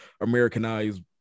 Americanized